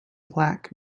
black